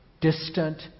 distant